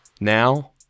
Now